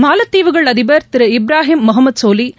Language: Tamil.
மாலத்தீவுகள் அதிபர் திரு இப்ராஹிம் முகமத் சோலிஹ்